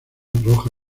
roja